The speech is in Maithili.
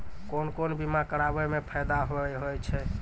कोन कोन बीमा कराबै मे फायदा होय होय छै?